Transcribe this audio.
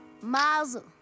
Mazel